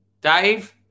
Dave